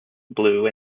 blue